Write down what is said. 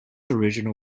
original